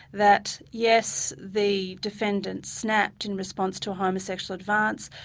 that yes, the defendant snapped in response to a homosexual advance.